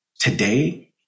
today